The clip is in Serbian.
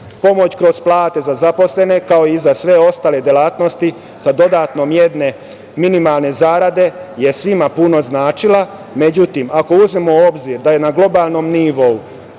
kroz plate za zaposlene, kao i za sve ostale delatnosti, sa dodatom jedne minimalne zarade, je svima puno značila. Međutim, ako uzmemo u obzir da je na globalnom nivou,